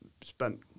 spent